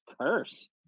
curse